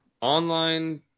online